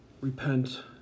repent